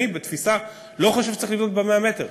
אני, בתפיסתי, לא חושב שצריך לבנות ב-100 מטר.